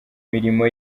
mirimo